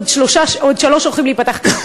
ועוד שלוש שהולכות להיפתח.